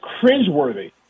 cringeworthy